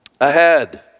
ahead